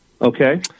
Okay